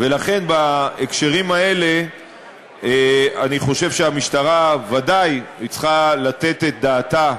בהקשרים האלה אני חושב שהמשטרה ודאי צריכה לתת את דעתה